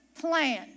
plan